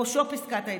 שבראשו פסקת ההתגברות,